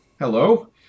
Hello